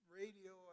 radio